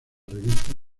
revista